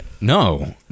no